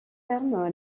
terme